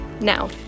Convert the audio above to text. Now